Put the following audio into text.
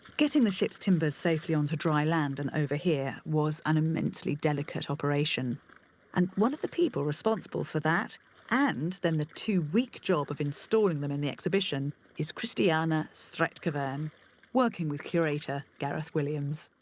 getting the ship's timbers safely onto dry land and over here was an immensely delicate operation and one of the people responsible for that and then the two-week job of installing them in the exhibition is kristiana straetkhvern working with curator gareth williams.